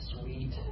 sweet